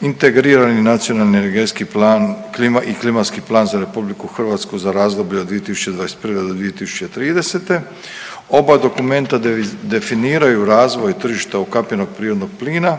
integrirani Nacionalni energetski plan i Klimatski plan za Republiku Hrvatsku za razdoblje od 2021. do 2030. Oba dokumenta definiraju razvoj tržišta ukapljenog prirodnog plina